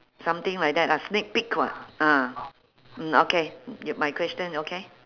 something like that lah sneak peek [what] ah mm okay y~ my question okay